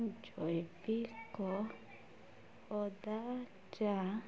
ଜୈବିକ ଅଦା ଚା